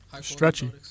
stretchy